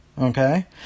Okay